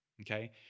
Okay